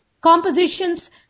compositions